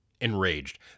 Enraged